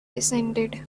descended